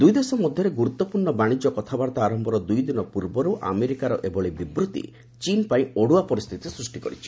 ଦୁଇଦେଶ ମଧ୍ୟରେ ଗୁରୁତ୍ୱପୂର୍୍ଣ୍ଣ ବାଣିଜ୍ୟ କଥାବାର୍ତ୍ତା ଆରମ୍ଭର ଦୁଇଦିନ ପୂର୍ବରୁ ଆମେରିକାର ଏଭଳି ବିବୃତ୍ତି ଚୀନ ପାଇଁ ଅଡୁଆ ପରିସ୍ଥିତି ସୃଷ୍ଟି କରିଛି